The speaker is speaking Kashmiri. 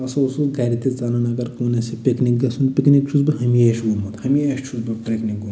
بہٕ ہَسا اوسُس گَرِ تہِ ژلان اگر کُن آسہِ ہے پِکنِک گَژھُن پِکنِک چھُس بہٕ ہمیشہٕ گوٚمُت ہمیشہٕ چھُس بہٕ پِکنِک گوٚمُت